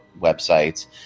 websites